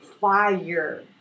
Fire